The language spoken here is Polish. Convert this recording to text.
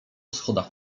schodach